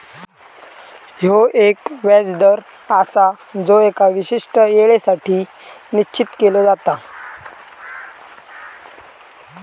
ह्यो एक व्याज दर आसा जो एका विशिष्ट येळेसाठी निश्चित केलो जाता